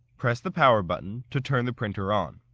press the power button to turn the printer on.